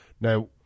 Now